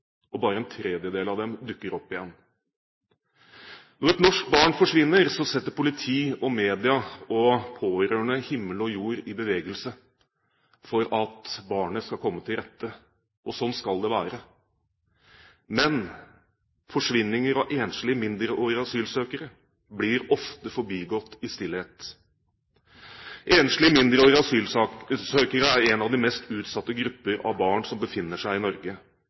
og bare en tredjedel av dem dukker opp igjen. Når et norsk barn forsvinner, setter politi, media og pårørende himmel og jord i bevegelse for at barnet skal komme til rette, og sånn skal det være. Men forsvinninger av enslige mindreårige asylsøkere blir ofte forbigått i stillhet. Enslige mindreårige asylsøkere er en av de mest utsatte grupper av barn som befinner seg i Norge, og de blir daglig behandlet annerledes. De er uten foreldre i Norge